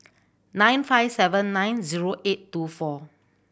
nine five seven nine zero eight two four